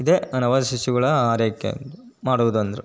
ಇದೇ ಆ ನವಜಾತ ಶಿಶುಗಳ ಆರೈಕೆ ಮಾಡುವುದೆಂದ್ರೆ